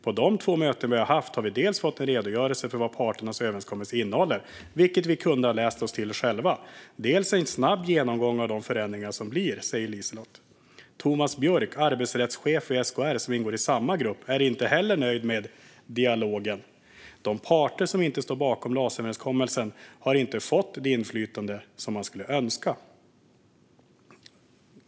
På de två möten vi har haft har vi dels fått en redogörelse för vad parternas överenskommelse innehåller, vilket vi kunde ha läst oss till själva, dels en snabb genomgång av de förändringar som blir, säger Lise-Lotte Argulander. Tomas Björck, arbetsrättschef vid SKR som ingår i samma grupp, är inte heller nöjd med 'dialogen': De parter som inte står bakom las-överenskommelsen har inte haft det inflytande man skulle önska." Fru talman!